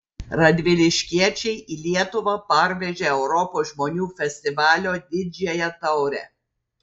radviliškiečiai į lietuvą parvežė europos žmonių festivalio didžiąją taurę